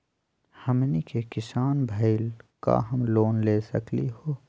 हमनी के किसान भईल, का हम लोन ले सकली हो?